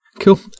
cool